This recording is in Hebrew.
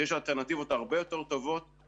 כשיש אלטרנטיבות הרבה יותר טובות,